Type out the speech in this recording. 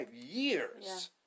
years